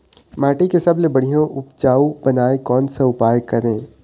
माटी के सबसे बढ़िया उपजाऊ बनाए कोन सा उपाय करें?